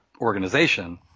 organization